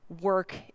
work